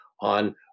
on